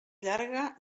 llarga